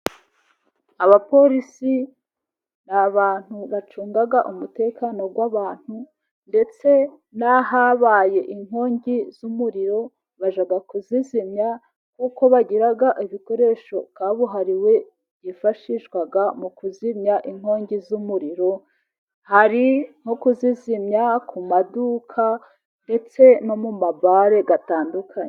Abapolisi n'abantu bacunga umutekano w'abantu. Ndetse n'ahabaye inkongi z'umuriro bajya kuzizimya, kuko bagira ibikoresho kabuhariwe byifashishwa mu kuzimya inkongi z'umuriro, hari nko kuzizimya ku maduka, ndetse no mu mabare atandukanye.